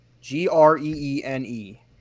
G-R-E-E-N-E